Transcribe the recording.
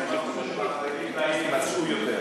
יותר.